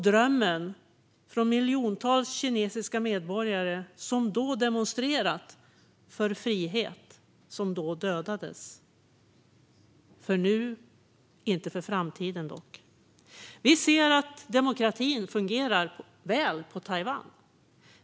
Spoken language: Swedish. Drömmen hos miljontals kinesiska medborgare som demonstrerat för frihet dödades - i varje fall då om än inte för all framtid. Vi ser att demokratin fungerar väl på Taiwan.